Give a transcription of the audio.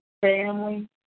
Family